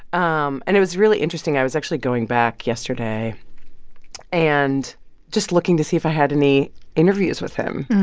um and it was really interesting. i was actually going back yesterday and just looking to see if i had any interviews with him.